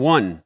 One